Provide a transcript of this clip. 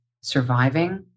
surviving